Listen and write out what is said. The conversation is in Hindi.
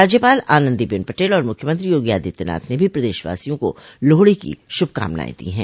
राज्यपाल आनंदीबेन पटेल और मुख्यमंत्री योगी आदित्यनाथ ने भी प्रदेशवासियों को लोहड़ी की शुभकामनाएं दी हैं